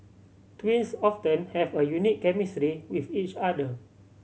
twins often have a unique chemistry with each other